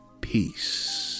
Peace